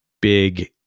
big